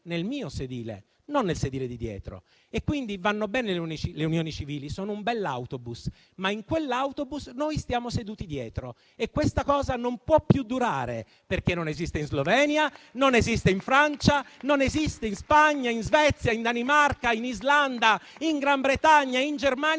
nel mio sedile, non nel sedile di dietro. Quindi vanno bene le unioni civili, sono un bell'autobus; ma in quell'autobus noi stiamo seduti dietro. E questa cosa non può più durare, perché non esiste in Slovenia, non esiste in Francia, non esiste in Spagna, in Svezia, in Danimarca, in Islanda, in Gran Bretagna, in Germania